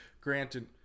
Granted